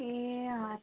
ए ह